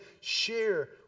share